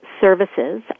services